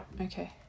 okay